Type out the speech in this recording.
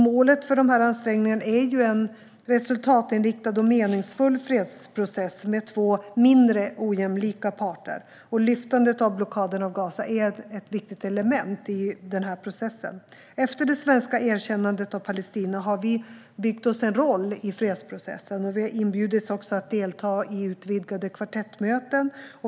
Målet för ansträngningarna är en resultatinriktad och meningsfull fredsprocess med två mindre ojämlika parter, och lyftandet av blockaden av Gaza är ett viktigt element i den processen. Efter det svenska erkännandet av Palestina har vi byggt oss en roll i fredsprocessen, och vi har inbjudits att delta i utvidgade kvartettmöten.